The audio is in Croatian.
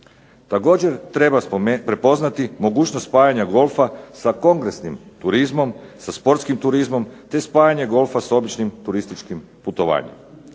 Također treba prepoznati mogućnost spajanja golfa sa kongresnim turizmom, sa sportskim turizmom, te spajanje golfa sa običnim turističkim putovanjem.